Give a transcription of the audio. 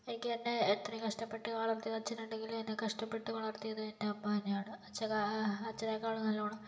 എനിക്ക് എന്നെ എത്രയും കഷ്ടപ്പെട്ട് വളർത്തിയത് അച്ഛൻ ഉണ്ടെങ്കിലും എന്നെ കഷ്ടപ്പെട്ട് വളർത്തിയത് എൻറെ അമ്മ തന്നെയാണ് അച്ഛനേക്കാളും നല്ലോണം